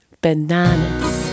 bananas